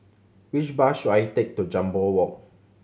which bus should I take to Jambol Walk